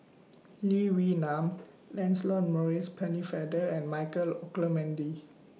Lee Wee Nam Lancelot Maurice Pennefather and Michael Olcomendy